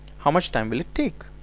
how much time will it take?